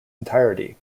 entirety